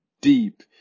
deep